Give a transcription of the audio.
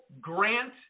grant